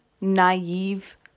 naive